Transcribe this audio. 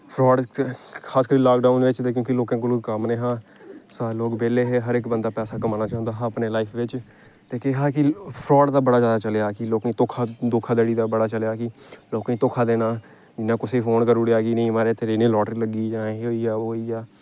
fraud च खास करियै लाकडाउन च ते क्योंकि लोकें कोल कम्म नेईं हा सारे लोक बेह्ले हे हर इक बंदा पैसा कमाना चांह्दा हा अपनी लाइफ बिच्च ते केह् हा कि फ्राड दा बड़ा ज्यादा चलेआ कि लोकें धोखा धोखाधड़ी दा बड़ा चलेआ कि लोकें गी धोखा देना इ'यां कुसै गी फोन करी ओड़ेआ कि महाराज तेरी इ'यां लाॅटरी लग्गी गेई ऐ जां एह् होई गेआ ओह् होई गेआ